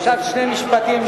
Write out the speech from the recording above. אפשר שני משפטים?